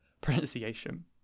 pronunciation